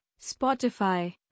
Spotify